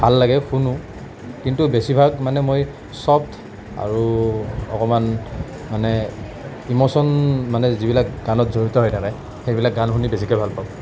ভাল লাগে শুনো কিন্তু বেছিভাগ মানে মই চফ্ট আৰু অকণমান মানে ইম'চন মানে যিবিলাক গানত জড়িত হৈ থাকে সেইবিলাক গান শুনি বেছিকে ভাল পাওঁ